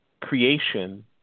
creation